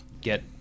get